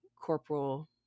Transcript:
corporal